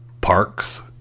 parks